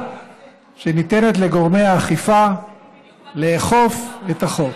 שניתנת לגורמי האכיפה לאכוף את החוק.